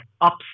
ups